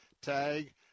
tag